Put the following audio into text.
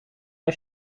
als